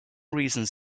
reasons